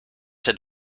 had